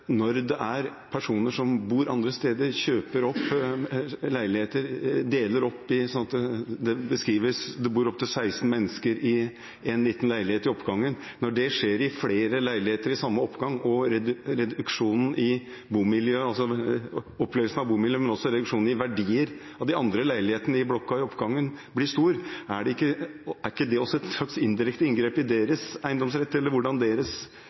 når personer som bor andre steder, kjøper opp leiligheter og deler dem opp – det beskrives at det kan bo opp til 16 mennesker i en liten leilighet i oppgangen – og det skjer med flere leiligheter i samme oppgang, med oppløsning av bomiljøet, men også med stor reduksjon av verdien av de andre leilighetene i blokken i oppgangen, så er det også et slags indirekte inngrep i deres eiendomsrett eller i hvordan deres